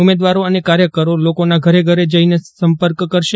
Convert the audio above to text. ઉમેદવારા અને કાર્યકરો લોકોના ઘરે ઘરે જઇને સંપર્ક કરશે